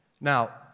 Now